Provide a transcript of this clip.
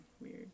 weird